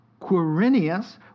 Quirinius